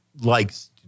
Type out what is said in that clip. likes